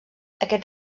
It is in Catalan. aquest